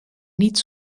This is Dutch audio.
niet